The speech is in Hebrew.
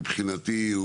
מבחינתי,